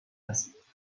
است